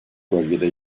bölgede